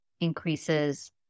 increases